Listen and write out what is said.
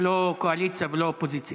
הוא לא קואליציה ולא אופוזיציה.